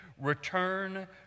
return